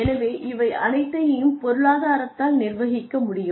எனவே இவை அனைத்தையும் பொருளாதாரத்தால் நிர்வகிக்க முடியும்